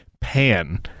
Pan